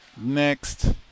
Next